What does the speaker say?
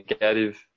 negative